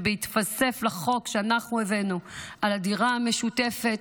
ובהתווסף לחוק שאנחנו הבאנו על הדירה המשותפת,